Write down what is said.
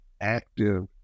active